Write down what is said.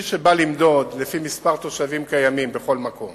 מי שבא למדוד לפי מספר תושבים קיימים בכל מקום